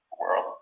world